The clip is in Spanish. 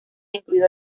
incluido